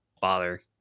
bother